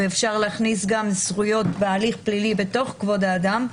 ואפשר להכניס גם זכויות בהליך הפלילי בתוך כבוד האדם,